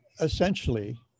essentially